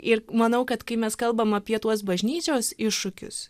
ir manau kad kai mes kalbame apie tuos bažnyčios iššūkius